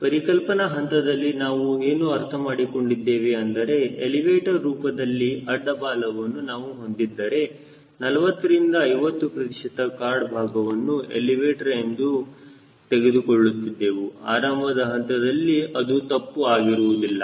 ಪರಿಕಲ್ಪನಾ ಹಂತದಲ್ಲಿ ನಾವು ಏನು ಅರ್ಥಮಾಡಿಕೊಂಡಿದ್ದೇವೆ ಅಂದರೆ ಎಲಿವೇಟರ್ ರೂಪದಲ್ಲಿ ಅಡ್ಡ ಬಾಲವನ್ನು ನಾನು ಹೊಂದಿದ್ದರೆ 40 ರಿಂದ 50 ಪ್ರತಿಶತ ಕಾರ್ಡ್ಭಾಗವನ್ನು ಎಲಿವೇಟರ್ ಎಂದು ಅಂದುಕೊಳ್ಳುತ್ತಿದ್ದೆ ಆರಂಭದ ಹಂತದಲ್ಲಿ ಅದು ತಪ್ಪು ಆಗಿರುವುದಿಲ್ಲ